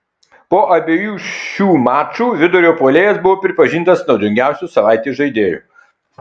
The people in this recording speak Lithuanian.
po abiejų šių mačų vidurio puolėjas buvo pripažintas naudingiausiu savaitės žaidėju